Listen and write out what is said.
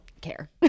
care